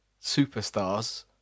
superstars